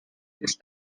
ist